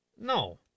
No